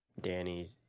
Danny